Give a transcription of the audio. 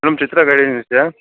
madam Chitra travel ఏజెన్సీయా